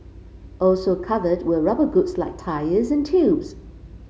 also covered were rubber goods like tyres and tubes